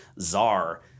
czar